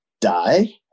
die